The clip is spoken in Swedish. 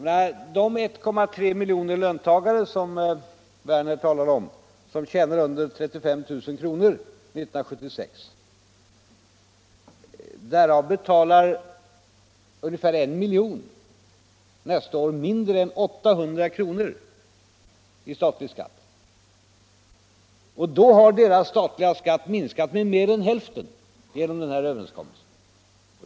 Av de 1,3 miljoner löntagare, som herr Werner talar om, vilka tjänar under 35 000 kr. 1976, kommer 1 miljon att nästa år betala in 800 kr. mindre i statlig skatt. Deras statliga skatt har alltså genom denna överenskommelse minskat med mer än hälften.